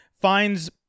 finds